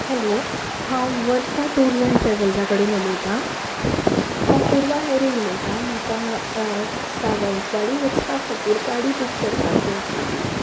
hello हांव Varda tours आनी ट्रेवल्सा कडेन उलयतां हांव पुर्वा एरी उलयतां म्हाका सावंतवाडी वचपा खातीर गाडी बूक करपाक जाय आशिल्ली